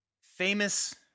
Famous